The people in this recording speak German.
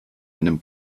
einem